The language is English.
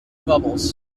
bubbles